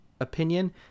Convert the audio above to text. opinion